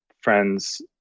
friends